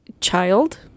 child